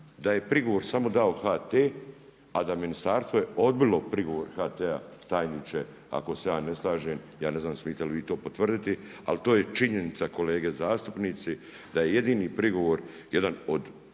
da je prigovor samo dao HT a da ministarstvo je odbilo prigovor HT-a, tajniče ako se ja ne slažem, ja ne znam smijete li vi to potvrditi, ali to je činjenica, kolege zastupnici da je jedini prigovor, jedan od